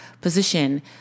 position